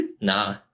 Nah